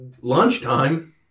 lunchtime